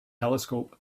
telescope